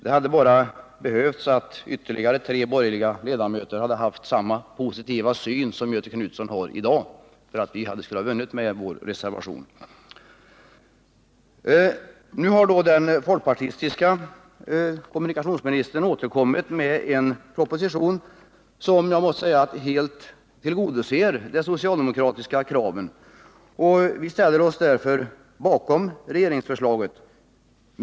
Det hade bara behövts att ytterligare tre borgerliga ledamöter då hade haft samma positiva syn som Göthe Knutson har i dag för att den socialdemokratiska reservationen skulle ha vunnit. Nu har den folkpartistiska kommunikationsministern återkommit med en proposition, som jag måste säga helt tillgodoser de socialdemokratiska kraven. Vi ställer oss därför bakom regeringsförslaget.